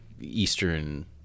Eastern